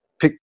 pick